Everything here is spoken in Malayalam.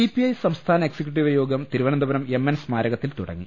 സിപിഐ സംസ്ഥാന എക്സിക്യൂട്ടീവ് യോഗം തിരുവനന്ത പുരം എം എൻ സ്മാരകത്തിൽ തുടങ്ങി